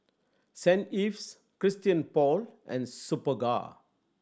Saint Ives Christian Paul and Superga